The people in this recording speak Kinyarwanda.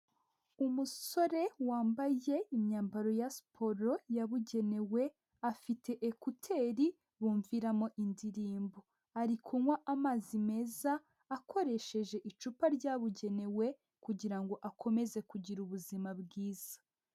Umusore wambaye imyambaro ya siporo yabugenewe afite ekuteri bumviramo indirimbo, ari kunywa amazi meza akoresheje icupa ryabugenewe kugira ngo akomeze kugira ubuzima bwiza.